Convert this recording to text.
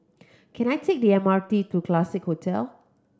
can I take the M R T to Classique Hotel